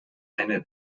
eine